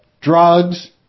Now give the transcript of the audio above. drugs